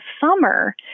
summer